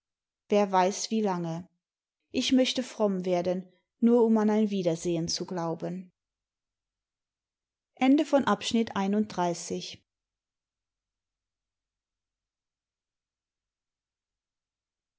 wer weiß wie lange ich möchte fromm werden nur um an ein wiedersehen zu glauben